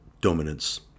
dominance